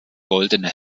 goldene